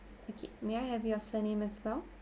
okay may I have your surname as well